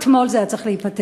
אתמול זה היה צריך להיפתר.